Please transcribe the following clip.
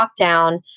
lockdown